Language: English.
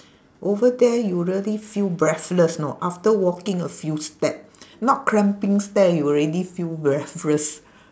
over there you really feel breathless know after walking a few step not climbing stair you already feel breathless